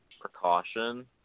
precaution